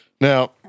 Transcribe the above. Now